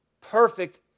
perfect